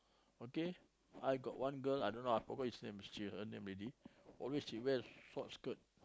okay I got one girl I don't know I forgot his name she her name already always she wear short skirt